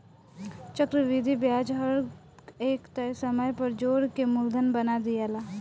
चक्रविधि ब्याज हर एक तय समय पर जोड़ के मूलधन बना दियाला